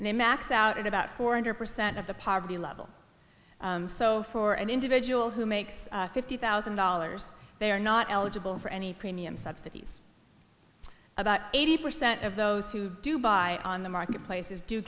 and they maxed out at about four hundred percent of the poverty level so for an individual who makes fifty thousand dollars they are not eligible for any premium subsidies about eighty percent of those who do buy on the marketplaces do